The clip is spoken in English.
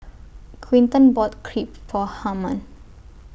Quinton bought Crepe For Harman